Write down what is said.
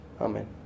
Amen